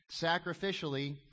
sacrificially